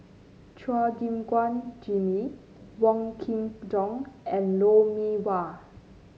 Chua Gim Guan Jimmy Wong Kin Jong and Lou Mee Wah